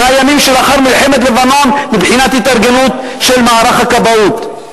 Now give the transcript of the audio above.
בימים שלאחר מלחמת לבנון מבחינת התארגנות של מערך הכבאות.